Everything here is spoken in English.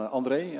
André